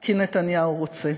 כי נתניהו רוצה.